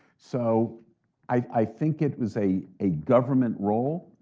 so i think it was a a government role.